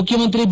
ಮುಖ್ಯಮಂತ್ರಿ ಬಿ